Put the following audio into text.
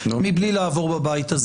מבלי לעבור בבית הזה.